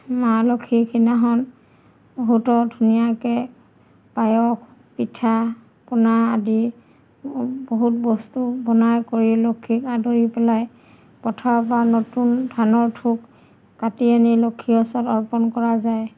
মা লক্ষীক সেইদিনাখন বহুত ধুনীয়াকৈ পায়স পিঠা পনা আদি বহুত বস্তু বনাই কৰি লক্ষীক আদৰি পেলাই পথাৰৰ পৰা নতুন ধানৰ থোক কাটি আনি লক্ষীক ওচৰত অৰ্পণ কৰা যায়